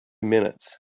minutes